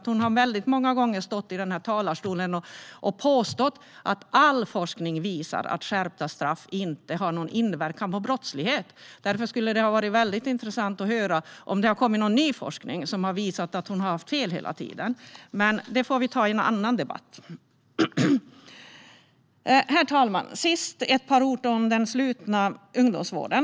Hon har stått i denna talarstol många gånger och påstått att all forskning visar att skärpta straff inte har någon inverkan på brottslighet. Det skulle ha varit väldigt intressant att höra om det har kommit ny forskning som visar att hon har haft fel hela tiden. Men det får vi ta i en annan debatt. Herr talman! Till sist vill jag säga ett par ord om den slutna ungdomsvården.